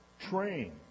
Train